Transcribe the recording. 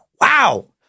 Wow